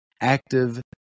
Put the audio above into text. active